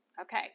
Okay